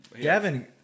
Gavin